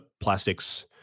plastics